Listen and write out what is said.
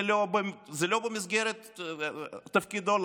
זה לא במסגרת תפקידו.